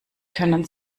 können